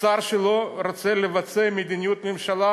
שר שלא רוצה לבצע את מדיניות הממשלה,